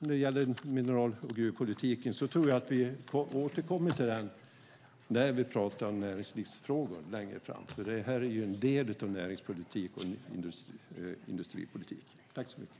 När det gäller mineral och gruvpolitiken i övrigt tror jag att vi återkommer till den längre fram då vi debatterar näringslivsfrågor. Den är ju en del av näringslivs och industripolitiken.